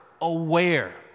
aware